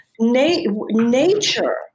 Nature